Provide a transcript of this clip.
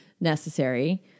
necessary